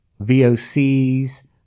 vocs